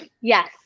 Yes